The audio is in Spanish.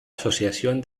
asociación